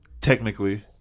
technically